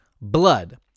blood